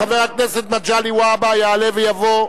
חבר הכנסת מגלי והבה יעלה ויבוא.